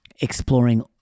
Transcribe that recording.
exploring